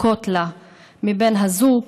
זקוקות לה מבן הזוג,